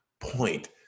point